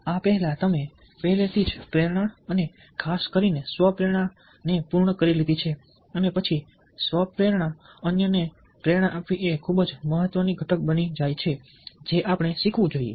આ પહેલા તમે પહેલેથી જ પ્રેરણા અને ખાસ કરીને સ્વ પ્રેરણા પૂર્ણ કરી લીધી છે અને પછી સ્વ પ્રેરણા અન્યને પ્રેરણા આપવી એ ખૂબ જ મહત્વપૂર્ણ ઘટક બની જાય છે જે આપણે શીખવું જોઈએ